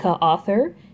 author